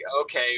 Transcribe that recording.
okay